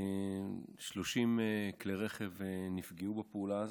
30 כלי רכב נפגעו בפעולה הזאת,